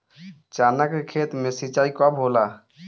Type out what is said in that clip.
चना के खेत मे सिंचाई कब होला?